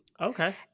okay